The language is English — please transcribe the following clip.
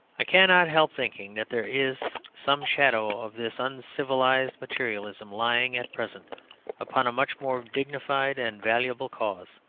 i cannot help thinking that there is some shadow of this uncivilised materialism lying at present upon a much more dignified and valuable cause.